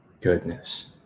Goodness